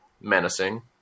Menacing